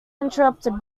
interrupted